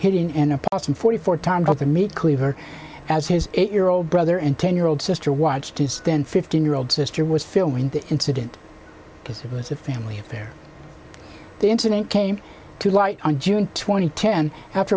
hitting and a possum forty four times at the meat cleaver as his eight year old brother and ten year old sister watched his stand fifteen year old sister was filming the incident because it was a family affair the incident came to light on june twenty ten after